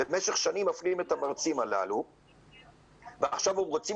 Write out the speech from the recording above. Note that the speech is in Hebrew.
במשך שנים מפלים את המרצים הללו ועכשיו רוצים